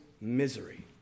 misery